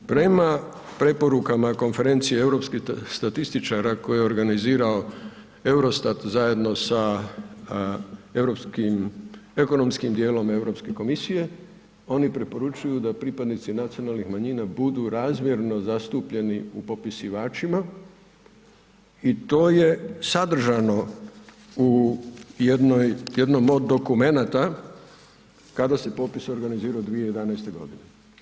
Prema preporukama konferencije europskih statističara koje je organizirao EUROSTAT zajedno sa ekonomskim djelom Europske komisije, oni preporučuju da pripadnici nacionalnih manjina budu razmjeno zastupljeni u popisivačima i to je sadržano u jednom od dokumenata kad se popis organizirao 2011. godine.